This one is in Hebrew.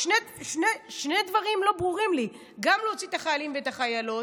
שני דברים לא ברורים לי: גם להוציא את החיילים ואת החיילות,